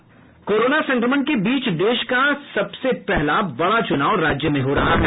corona संक्रमण के बीच देश का सबसे पहला बड़ा चूनाव राज्य में हो रहा है